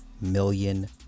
million